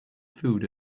food